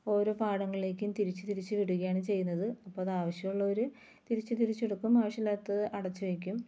ഓരോ പാടങ്ങളിലേക്കും തിരിച്ച് തിരിച്ച് വിടുകയാണ് ചെയ്യുന്നത് അപ്പോഴത് ആവശ്യമുള്ളവർ തിരിച്ച് തിരിച്ച് എടുക്കും ആവശ്യമില്ലാത്തത് അടച്ച് വയ്ക്കും